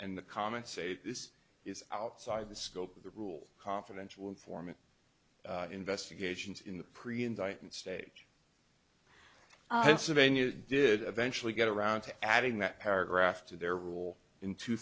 and the comments say this is outside the scope of the rule confidential informant investigations in the pre indictment stage that's a venue did eventually get around to adding that paragraph to their rule in two